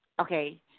okay